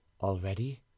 already